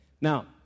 Now